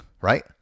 right